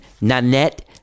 nanette